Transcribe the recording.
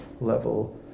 level